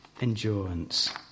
endurance